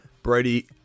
Brady